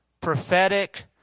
prophetic